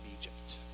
Egypt